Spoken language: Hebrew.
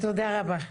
תודה רבה.